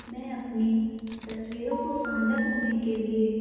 मैं अपनी तस्वीरों को साझा करने के लिए